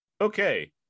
Okay